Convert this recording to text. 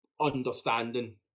understanding